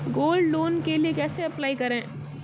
Gold loan के लिए कैसे अप्लाई करें?